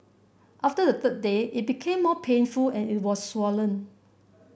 after the third day it became more painful and it was swollen